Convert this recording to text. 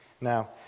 Now